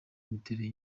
imiterere